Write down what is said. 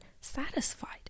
satisfied